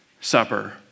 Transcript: supper